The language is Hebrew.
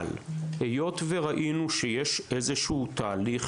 אבל היות וראינו שיש איזה שהוא תהליך